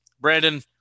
Brandon